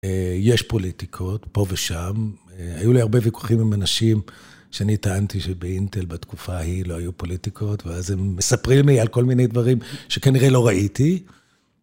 יש פוליטיקות, פה ושם. היו לי הרבה ויכוחים עם אנשים שאני טענתי שבאינטל בתקופה ההיא לא היו פוליטיקות, ואז הם מספרים לי על כל מיני דברים שכנראה לא ראיתי.